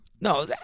No